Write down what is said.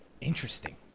interesting